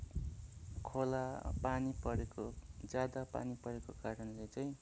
खोला पानी परेको ज्यादा पानी परेको कारणले चाहिँ